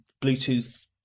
Bluetooth